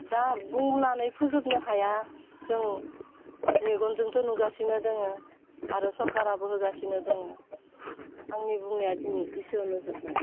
दा बुंनानै फोजोबनो हाया जों मेगनजोंथ' नुगासिनो दोङो आरो सरकाराबो होगासिनो दोङो आंनि बुंनाया दिनै एसेयावनो जोब्बाय